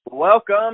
Welcome